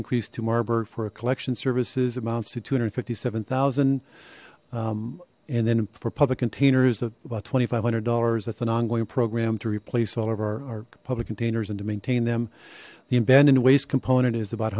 increased to marburg for a collection services amounts to two hundred fifty seven thousand and then for public containers of about twenty five hundred dollars that's an ongoing program to replace all of our public containers and to maintain them the abandoned waste component is about